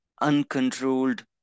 uncontrolled